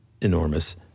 enormous